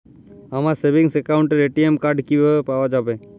আমার সেভিংস অ্যাকাউন্টের ATM card কিভাবে পাওয়া যাবে?